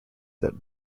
that